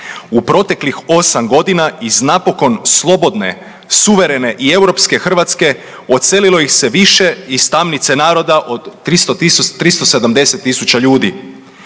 U proteklih 8 godina, iz napokon slobodne, suverene i europske Hrvatske odselilo ih se više iz tamnice naroda od 370 tisuća ljudi.